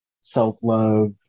self-love